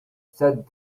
said